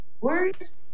words